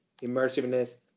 immersiveness